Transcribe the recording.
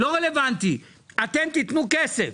צריך לתת כסף.